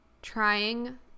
trying